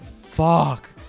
fuck